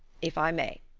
if i may.